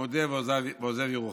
מודה ועוזב ירוחם.